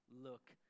look